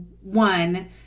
one